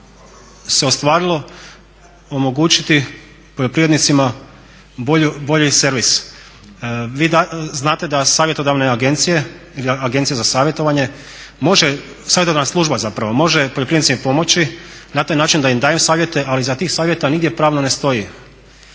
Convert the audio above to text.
se ostvarilo omogućiti poljoprivrednicima bolji servis. Vi znate da savjetodavne agencije ili agencija za savjetovanje može, savjetodavna služba zapravo, može poljoprivrednicima pomoći na taj način da im daju savjete ali iza tih savjeta nigdje pravno ne stoji.